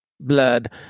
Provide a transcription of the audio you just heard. Blood